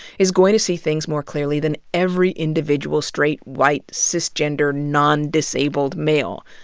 is going to see things more clearly than every individual straight white cis-gender non-disabled male.